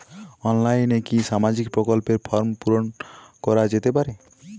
অনলাইনে কি সামাজিক প্রকল্পর ফর্ম পূর্ন করা যেতে পারে?